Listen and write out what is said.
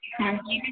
ਹਾਂਜੀ